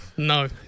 No